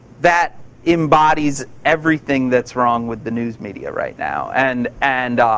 that embodies everything that's wrong with the news media right now. and and